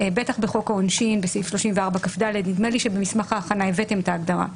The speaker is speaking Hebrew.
בטח בסעיף 34כד בחוק העונשין נדמה לי שבמסמך ההכנה הבאתם את ההגדרה,